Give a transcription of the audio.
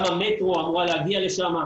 גם המטרו אמור להגיע לשם,